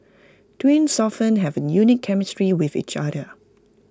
twins often have A unique chemistry with each other